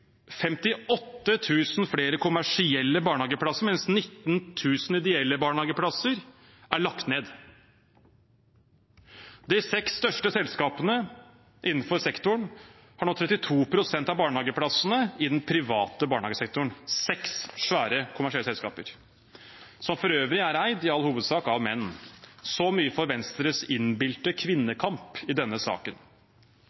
flere kommersielle barnehageplasser, mens 19 000 ideelle barnehageplasser er lagt ned. De seks største selskapene innenfor sektoren har nå 32 pst. av barnehageplassene i den private barnehagesektoren – seks svære kommersielle selskaper, som for øvrig i all hovedsak er eid av menn. Så mye for Venstres innbilte